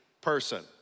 person